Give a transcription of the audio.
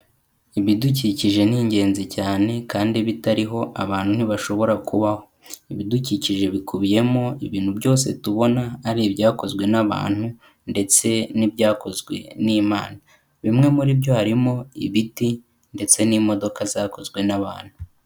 Ibidukikije ni ingenzi cyane kandi bitariho abantu ntibashobora kubaho. Ibidukikije bikubiyemo ibintu byose tubona ari ibyakozwe n'abantu ndetse n'ibyakozwe n'Imana. Bimwe muri byo harimo ibiti ndetse n'imodoka zakozwe n'abantu.